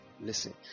listen